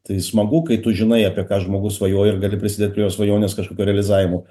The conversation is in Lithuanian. tai smagu kai tu žinai apie ką žmogus svajoja ir gali prisidėt prie jo svajonės kažkokio realizavimo